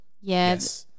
Yes